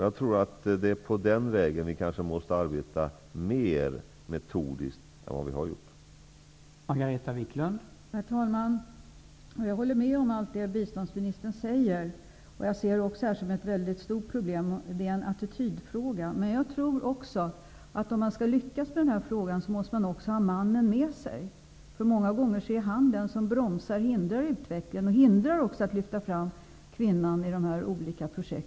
Jag tror att vi måste arbeta mer metodiskt på denna väg än vad vi har gjort tidigare.